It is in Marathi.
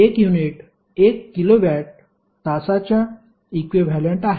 1 युनिट 1 किलोवॅट तासाच्या इक्विव्हॅलेंट आहे